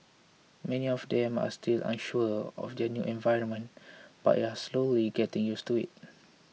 many of them are still unsure of their new environment but are slowly getting used to it